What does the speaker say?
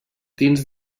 dins